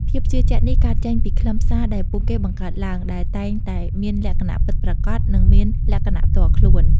ភាពជឿជាក់នេះកើតចេញពីខ្លឹមសារដែលពួកគេបង្កើតឡើង ដែលតែងតែមានលក្ខណៈពិតប្រាកដ និងមានលក្ខណៈផ្ទាល់ខ្លួន។